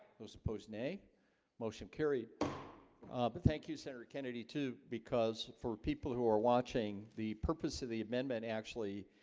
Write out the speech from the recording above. those opposed nay motion carried but thank you senator kennedy too because for people who are watching the purpose of the amendment actually